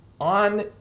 on